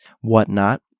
whatnot